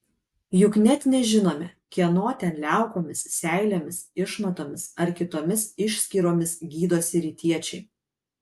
juk net nežinome kieno ten liaukomis seilėmis išmatomis ar kitomis išskyromis gydosi rytiečiai